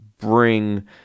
bring